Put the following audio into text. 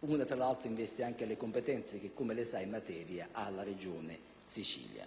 una delle quali investe le competenze che, come lei sa, spettano in materia alla Regione Sicilia.